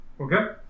Okay